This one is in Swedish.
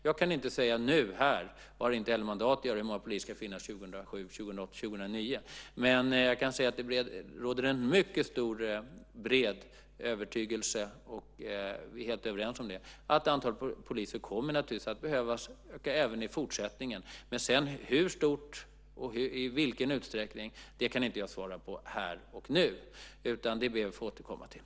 Jag kan inte här och nu säga - jag har inte heller mandat att göra det - hur många poliser som det ska finnas 2007, 2008 och 2009. Men jag kan säga att det finns en mycket stor övertygelse om att antalet poliser naturligtvis även i fortsättningen kommer att behöva öka. Vi är helt överens om det. Men i vilken utsträckning det kommer att ske, kan jag inte svara på här och nu. Det ber jag att få återkomma till.